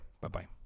Bye-bye